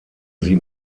sie